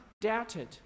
doubted